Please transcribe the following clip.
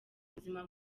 ubuzima